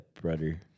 brother